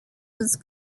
was